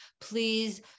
Please